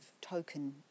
token